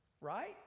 right